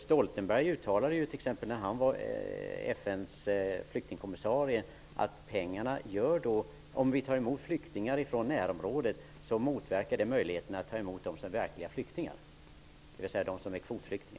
Stoltenberg uttalade när han var FN:s flyktingkommissarie, att om vi tar emot flyktingar från närområdet motverkar det möjligheterna att ta emot dem som är verkliga flyktingar, dvs.